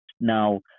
now